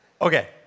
okay